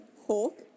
Hawk